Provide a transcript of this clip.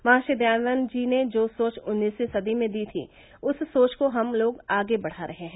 महर्षि दयानन्द जी ने जो सोच उन्नीसवीं सदी में दी थी उस सोच को हम लोग आगे बढ़ा रहे हैं